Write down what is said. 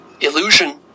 illusion